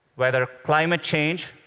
whether climate change,